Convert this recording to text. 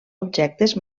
objectes